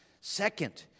Second